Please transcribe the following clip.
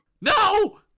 no